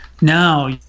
No